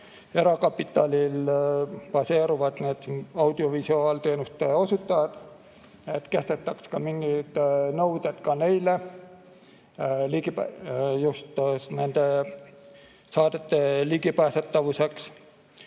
erakapitalil baseeruvad audiovisuaalteenuste osutajad, kehtestaks mingid nõuded ka neile just nende saadete ligipääsetavuse